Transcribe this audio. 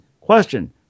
Question